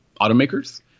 automakers